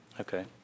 Okay